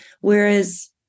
whereas